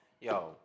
Yo